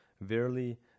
Verily